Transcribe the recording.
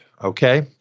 Okay